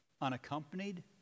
unaccompanied